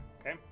Okay